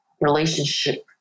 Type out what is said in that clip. relationship